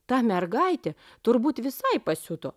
ta mergaitė turbūt visai pasiuto